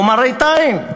הוא מראית עין.